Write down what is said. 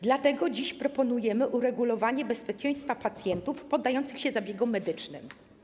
Dlatego dziś proponujemy uregulowanie bezpieczeństwa pacjentów poddających się zabiegom medycznym.